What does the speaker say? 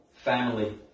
family